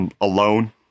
alone